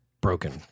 broken